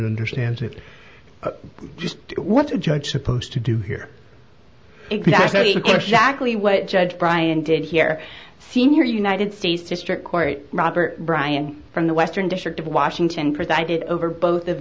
understands it just what a judge supposed to do here exactly exactly what judge brian did here senior united states district court robert bryan from the western district of washington presided over both of